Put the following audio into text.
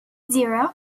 zero